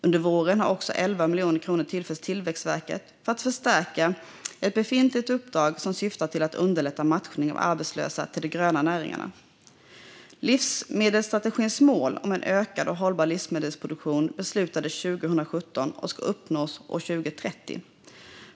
Under våren har också 11 miljoner kronor tillförts Tillväxtverket för att förstärka ett befintligt uppdrag som syftar till att underlätta matchning av arbetslösa till de gröna näringarna. Livsmedelsstrategins mål om en ökad och hållbar livsmedelsproduktion beslutades 2017 och ska uppnås 2030.